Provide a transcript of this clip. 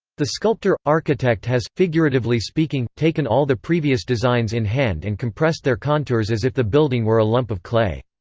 the sculptor architect has, figuratively speaking, taken all the previous designs in hand and compressed their contours as if the building were a lump of clay.